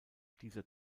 dieser